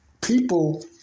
people